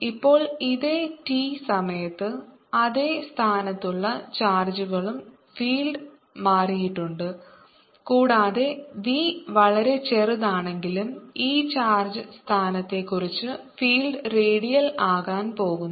ഇപ്പോൾ ഇതേ t സമയത്ത് അതേ സ്ഥാനത്തുള്ള ചാർജുകളും ഫീൽഡ് മാറിയിട്ടുണ്ട് കൂടാതെ v വളരെ ചെറുതാണെങ്കിലും ഈ ചാർജ് സ്ഥാനത്തെക്കുറിച്ച് ഫീൽഡ് റേഡിയൽ ആകാൻ പോകുന്നു